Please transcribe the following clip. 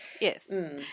Yes